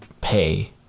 pay